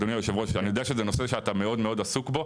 אדוני היו"ר אני יודע שזה נושא שאתה מאוד מאוד עסוק בו,